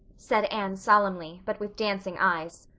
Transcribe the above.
said anne solemnly, but with dancing eyes,